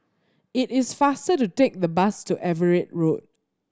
it is faster to take the bus to Everitt Road